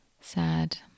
sad